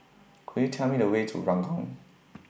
Could YOU Tell Me The Way to Ranggung